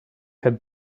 had